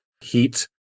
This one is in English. heat